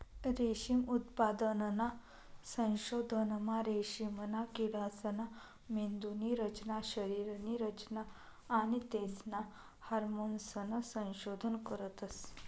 रेशीम उत्पादनना संशोधनमा रेशीमना किडासना मेंदुनी रचना, शरीरनी रचना आणि तेसना हार्मोन्सनं संशोधन करतस